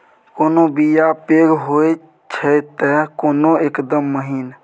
कोनो बीया पैघ होई छै तए कोनो एकदम महीन